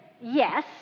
yes